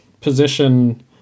position